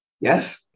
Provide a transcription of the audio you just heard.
Yes